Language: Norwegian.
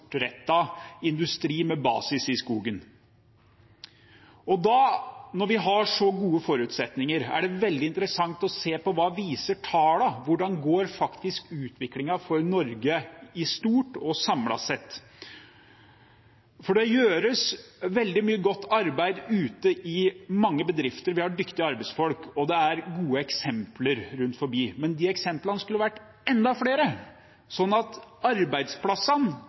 industri med basis i skogen. Når vi har så gode forutsetninger, er det veldig interessant å se på hva tallene viser. Hvordan går faktisk utviklingen for Norge i det store og hele, samlet sett? Det gjøres veldig mye godt arbeid ute i mange bedrifter, vi har dyktige arbeidsfolk, og det er gode eksempler rundt omkring. Men de eksemplene skulle vært enda flere, slik at arbeidsplassene